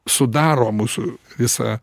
sudaro mūsų visą